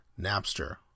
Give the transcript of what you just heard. Napster